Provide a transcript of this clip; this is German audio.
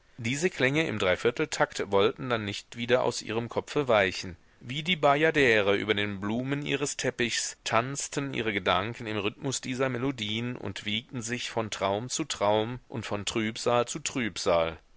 diese klänge im dreivierteltakt wollten dann nicht wieder aus ihrem kopfe weichen wie die bajadere über den blumen ihres teppichs tanzten ihre gedanken im rhythmus dieser melodien und wiegten sich von traum zu traum und von trübsal zu trübsal